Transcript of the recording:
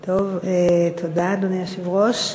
טוב, תודה, אדוני היושב-ראש.